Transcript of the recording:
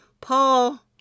Paul